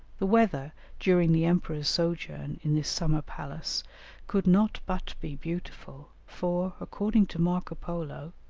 the weather during the emperor's sojourn in this summer palace could not but be beautiful, for, according to marco polo,